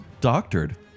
doctored